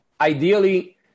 ideally